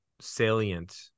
salient